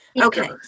Okay